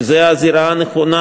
כי זו הזירה הנכונה,